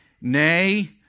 Nay